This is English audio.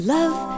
Love